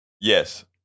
Yes